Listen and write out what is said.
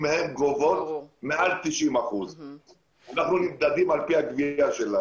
הן גובות מעל 90%. אנחנו נמדדים על פי אחוזי ההצלחה בגבייה.